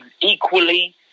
equally